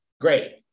great